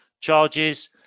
charges